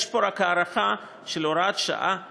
יש פה רק הארכה של הוראת שעה קיימת,